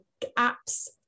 apps